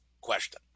question